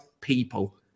people